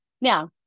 Now